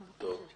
טוב.